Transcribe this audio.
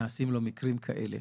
נעשים לו מקרים כאלה.